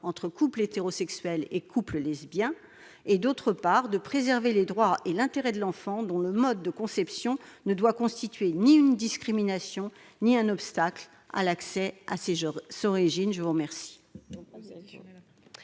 entre couples hétérosexuels et couples lesbiens et, d'autre part, de préserver les droits et l'intérêt de l'enfant, dont le mode de conception ne doit constituer ni une discrimination ni un obstacle à l'accès à ses origines. La parole